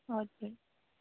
हजुर